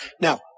Now